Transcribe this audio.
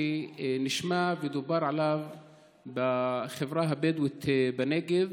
נשמע ודובר עליו בחברה הבדואית בנגב,